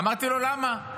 אמרתי לו, למה?